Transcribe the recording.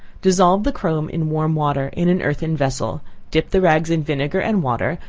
dissolve the chrome in warm water in an earthen vessel dip the rags in vinegar and water,